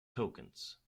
tokens